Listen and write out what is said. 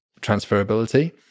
transferability